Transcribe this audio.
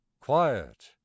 quiet